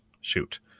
Shoot